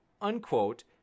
unquote